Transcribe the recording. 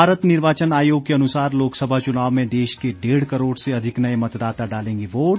भारत निर्वाचन आयोग के अनुसार लोकसभा चुनाव में देश के डेढ़ करोड़ से अधिक नए मतदाता डालेंगे वोट